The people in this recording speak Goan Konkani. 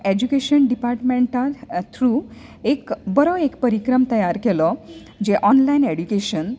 एजुकेशन डिपार्टमेंटान थ्रु एक बरो एक परिक्रम तयार केलो जें ऑन्लायन एडूकेशन